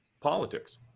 politics